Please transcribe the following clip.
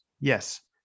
Yes